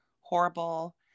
horrible